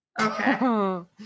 Okay